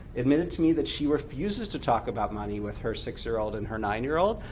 admit to me that she refuses to talk about money with her six-year-old and her nine-year-old,